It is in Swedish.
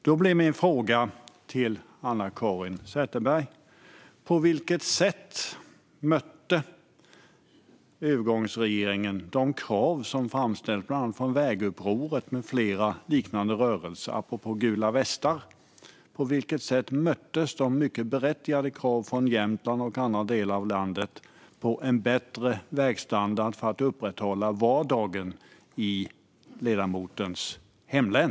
Då blir min fråga till Anna-Caren Sätherberg: På vilket sätt mötte övergångsregeringen de krav som framställts av vägupproret med flera liknande rörelser, apropå gula västar? På vilket sätt möttes de mycket berättigade kraven från Jämtland och andra delar av landet på en bättre vägstandard för att upprätthålla vardagen i ledamotens hemlän?